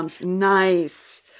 Nice